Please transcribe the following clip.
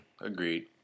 agreed